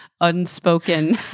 unspoken